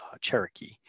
Cherokee